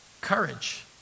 courage